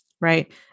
right